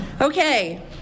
Okay